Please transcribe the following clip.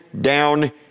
down